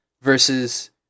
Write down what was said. versus